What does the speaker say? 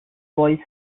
voice